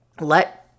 Let